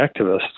activists